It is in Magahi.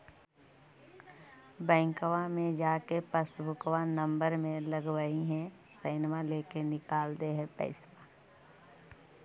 बैंकवा मे जा के पासबुकवा नम्बर मे लगवहिऐ सैनवा लेके निकाल दे है पैसवा?